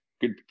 good